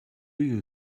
you